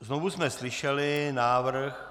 Znovu jsme slyšeli návrh...